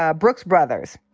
ah brooks brothers,